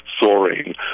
soaring